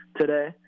today